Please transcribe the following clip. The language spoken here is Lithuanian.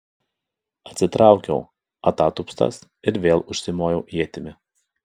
atsitraukiau atatupstas ir vėl užsimojau ietimi